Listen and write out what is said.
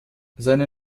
seine